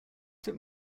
took